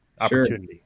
opportunity